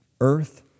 earth